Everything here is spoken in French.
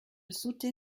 sautai